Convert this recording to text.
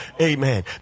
amen